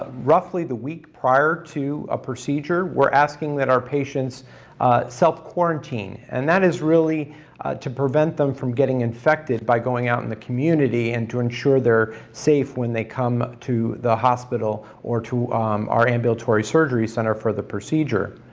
ah roughly the week prior to a procedure we're asking that our patients self quarantine and that is really to prevent them from getting infected by going out in the community and to ensure they're safe when they come to the hospital or to our ambulatory surgery center for the procedure.